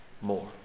more